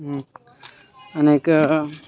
ಅನೇಕ